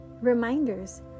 reminders